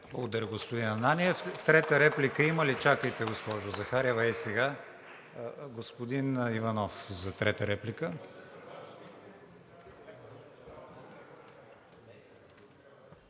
господин Ананиев. Трета реплика има ли? Чакайте, госпожо Захариева, ей сега. Господин Иванов – за трета реплика.